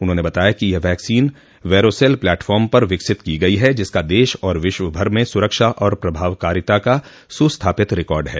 उन्होंने बताया कि यह वैक्सीन वैरो सेल प्लेटफार्म पर विकसित की गयी है जिसका देश और विश्व भर में सुरक्षा और प्रभावकारिता का सुस्थापित रिकॉर्ड है